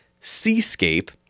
seascape